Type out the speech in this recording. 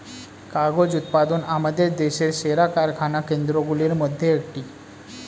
কাগজ উৎপাদন আমাদের দেশের সেরা কারখানা কেন্দ্রগুলির মধ্যে একটি